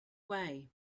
way